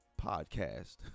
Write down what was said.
podcast